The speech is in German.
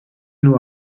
nur